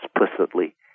explicitly